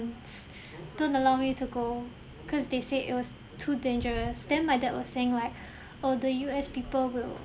don't allow me to go cause they said it was too dangerous then my dad was saying like oh the U_S people will